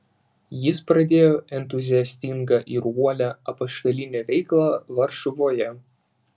jis pradėjo entuziastingą ir uolią apaštalinę veiklą varšuvoje